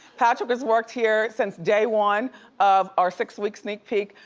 patrick has worked here since day one of our six week sneak peek.